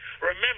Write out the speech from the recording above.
remember